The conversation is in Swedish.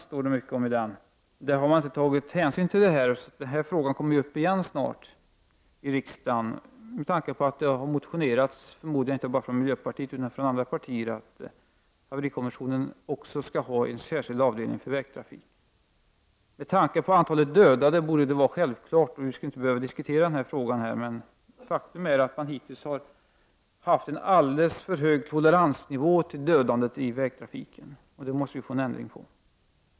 Tyvärr måste vi konstatera att man i denna proposition inte tagit hänsyn till de saker vi här behandlat. Men frågan kommer snart upp igen i riksdagen med tanke på att det har motionerats, förmodligen inte bara från miljöpartiet, om att haverikommissionen också bör ha en särskild avdelning för vägtrafik. Med tanke på antalet dödade borde detta vara självklart. Vi skulle inte behöva diskutera frågan här. Faktum är dock att man hittills haft en alldeles för hög toleransnivå till dödandet i vägtrafiken. Det måste vi få ändring på.